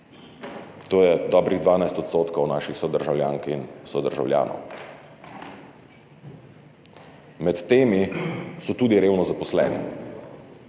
To je dobrih 12 % naših sodržavljank in sodržavljanov. Med temi so tudi redno zaposleni.